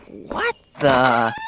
what the?